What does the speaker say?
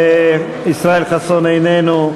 ישראל חסון, איננו.